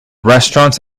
restaurants